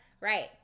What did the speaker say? Right